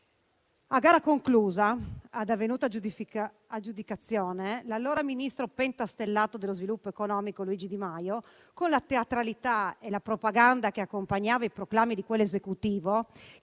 A gara conclusa, ad avvenuta aggiudicazione, l'allora ministro pentastellato dello sviluppo economico Luigi Di Maio, con la teatralità e la propaganda che accompagnavano i proclami di quell'Esecutivo,